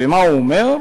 ומה הוא אומר?